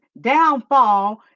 downfall